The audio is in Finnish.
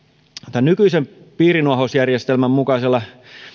tämän nykyisen piirinuohousjärjestelmän mukaisella